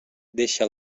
deixa